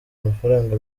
amafaranga